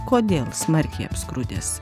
kodėl smarkiai apskrudęs